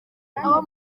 aho